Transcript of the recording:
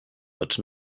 but